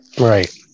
Right